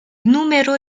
número